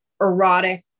erotic